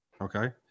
okay